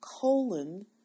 colon